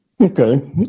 Okay